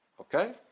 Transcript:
okay